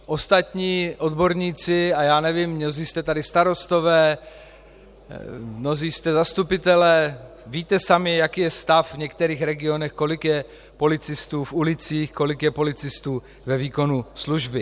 Ostatní odborníci, a já nevím, mnozí jste tady starostové, mnozí jste zastupitelé, víte sami, jaký je stav v některých regionech, kolik je policistů v ulicích, kolik je policistů ve výkonu služby.